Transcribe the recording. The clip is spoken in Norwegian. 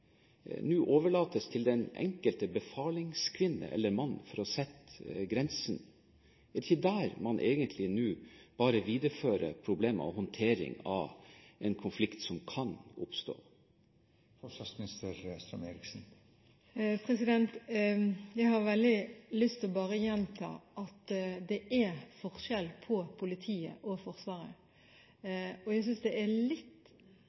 den enkelte befalskvinne- eller mann? Viderefører man ikke egentlig bare nå problemene og håndteringen av en konflikt som kan oppstå? Jeg har veldig lyst bare å gjenta at det er forskjell på Politiet og Forsvaret, og jeg synes det er litt